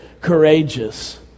Courageous